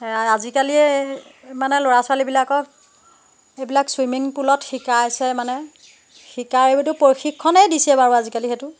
আজিকালি মানে ল'ৰা ছোৱালীবিলাকক এইবিলাক চুইমিং পুলত শিকাইছে মানে শিকায়োতো প্ৰশিক্ষণেই দিছে বাৰু আজিকালি সেইটো